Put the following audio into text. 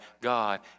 God